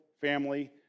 family